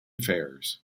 fares